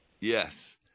Yes